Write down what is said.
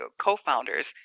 co-founders